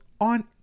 on